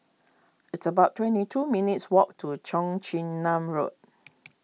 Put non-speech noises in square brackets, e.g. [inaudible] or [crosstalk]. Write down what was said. it's about twenty two minutes' walk to Cheong Chin Nam Road [noise]